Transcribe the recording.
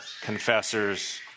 confessors